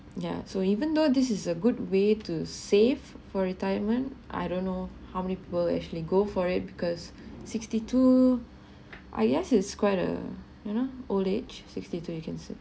ya so even though this is a good way to save for retirement I don't know how many people actually go for it because sixty two I guess it's quite err you know old age sixty two you can say